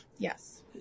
Yes